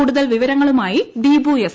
കൂടുതൽ വിവരങ്ങളുമായി ദീപു എസ്